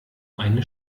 eine